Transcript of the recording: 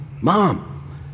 mom